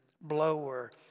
blower